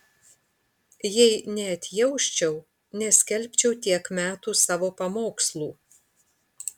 jei neatjausčiau neskelbčiau tiek metų savo pamokslų